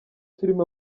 filime